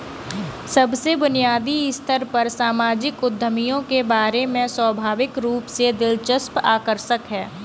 सबसे बुनियादी स्तर पर सामाजिक उद्यमियों के बारे में स्वाभाविक रूप से दिलचस्प आकर्षक है